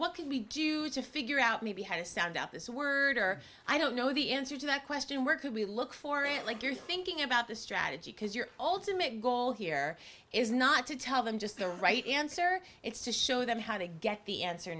what can we do to figure out maybe have a stand up this word or i don't know the answer to that question where could we look for it like you're thinking about the strategy because you're all to make goal here is not to tell them just the right answer it's to show them how to get the answer